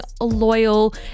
loyal